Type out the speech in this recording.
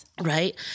Right